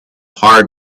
hard